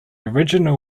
original